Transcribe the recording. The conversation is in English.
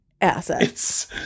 assets